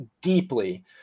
deeply